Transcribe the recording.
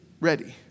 ready